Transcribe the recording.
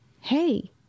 hey